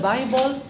Bible